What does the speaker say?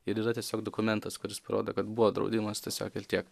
ir yra tiesiog dokumentas kuris parodo kad buvo draudimas tiesiog ir tiek